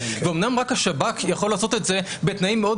ואומנם רק השב"כ יכול לעשות את זה בתנאים מאוד